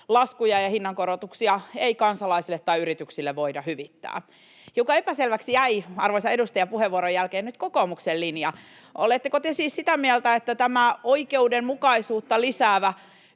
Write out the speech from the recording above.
laskuja ja hinnankorotuksia ei kansalaisille tai yrityksille voida hyvittää. Hiukan epäselväksi jäi arvoisan edustajan puheenvuoron jälkeen nyt kokoomuksen linja. Oletteko te siis sitä mieltä, että tämä oikeudenmukaisuutta lisäävä